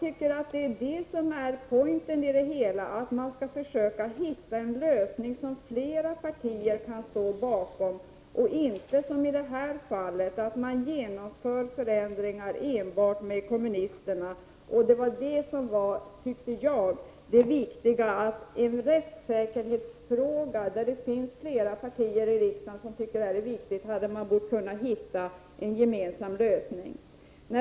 Poängen med det hela är att man skall försöka hitta en lösning som flera partier kan ställa sig bakom, och inte som i det här fallet, då man genomför förändringar med enbart kommunisternas stöd. Det finns fler partier här i riksdagen som tycker att rättssäkerheten är viktig och därför borde man ha kunnat hitta en gemensam lösning.